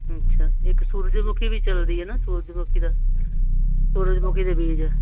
ਅੱਛਾ ਇੱਕ ਸੂਰਜਮੁਖੀ ਵੀ ਚੱਲਦੀ ਹੈ ਨਾ ਸੂਰਜਮੁਖੀ ਦਾ ਸੂਰਜਮੁਖੀ ਦੇ ਬੀਜ